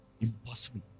Impossible